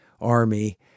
army